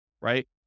right